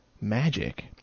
magic